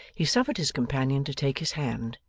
he suffered his companion to take his hand,